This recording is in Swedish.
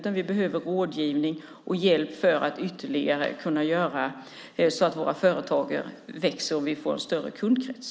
De behöver rådgivning och hjälp för att ytterligare kunna göra så att deras företag växer och får en större kundkrets.